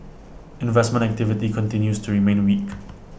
investment activity continues to remain weak